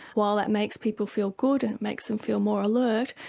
while that makes people feel good and makes them feel more alert,